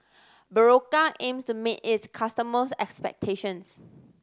Berocca aims to meet its customers' expectations